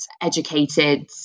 educated